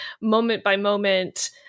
moment-by-moment